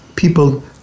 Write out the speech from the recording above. People